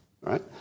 right